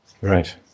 Right